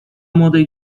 młodej